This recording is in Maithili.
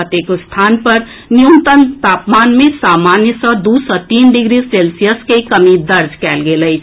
कतेको स्थान पर न्यूनतम तापमान मे सामान्य सँ दू सँ तीन डिग्री सेल्सियस के कमी दर्ज कएल गेल अछि